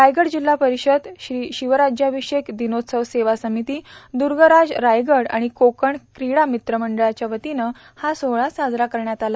रायगड जिल्हा परिषद श्री शिवराज्याभिषेक दिनोत्सव सेवा समिती दुर्गराज रायगड आणि कोकण क्रीडा मित्र मंडळाच्या वतीनं हा सोहळा साजरा करण्यात आला